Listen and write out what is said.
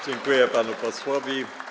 Dziękuję panu posłowi.